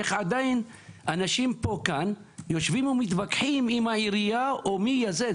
איך עדיין אנשים פה יושבים ומתווכחים האם העירייה או מי יעשה את זה?